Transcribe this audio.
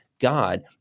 God